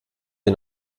wir